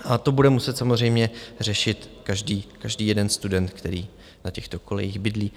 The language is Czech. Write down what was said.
A to bude muset samozřejmě řešit každý, každý jeden student, který na těchto kolejích bydlí.